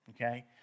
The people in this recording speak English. okay